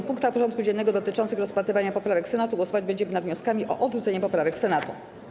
W punktach porządku dziennego dotyczących rozpatrywania poprawek Senatu głosować będziemy nad wnioskami o odrzucenie poprawek Senatu.